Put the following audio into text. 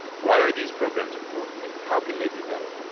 why are these programs important and how can they be better?